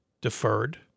deferred